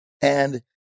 And-